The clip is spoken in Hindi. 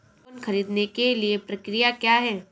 लोन ख़रीदने के लिए प्रक्रिया क्या है?